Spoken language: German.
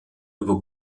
über